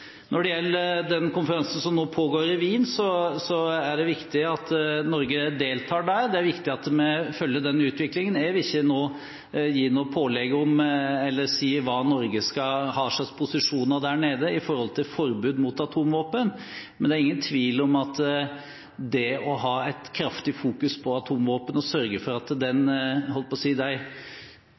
Når det gjelder den konferansen som nå pågår i Wien, er det viktig at Norge deltar der. Det er viktig at vi følger den utviklingen. Jeg vil ikke nå gi noe pålegg om eller si hva slags posisjoner Norge skal ha der nede når det gjelder forbud mot atomvåpen, men det er ingen tvil om at det å ha et kraftig fokus på atomvåpen og sørge for at de – jeg holdt på å si – fantastisk uhyggelige våpnene de